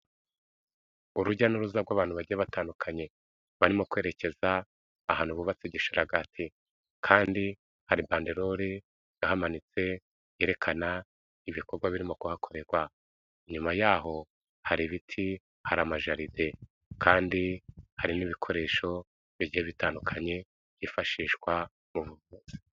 Urujya n'uruza rw'abantu bagiye batandukanye, barimo kwerekeza ahantu hubatse igisharagati, kandi hari banderoli ihamanitse yerekana ibikorwa birimo kuhakorerwa. Inyuma yaho hari ibiti, hari amajaride kandi hari n'ibikoresho bigiye bitandukanye byifashishwa mu buvuzi.